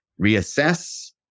reassess